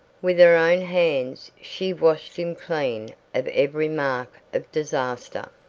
with her own hands she washed him clean of every mark of disaster.